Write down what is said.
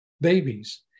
babies